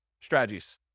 strategies